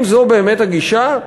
אם זו באמת הגישה,